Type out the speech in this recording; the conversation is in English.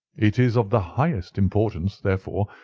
it is of the highest importance, therefore,